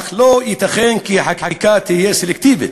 אך לא ייתכן כי חקיקה תהיה סלקטיבית.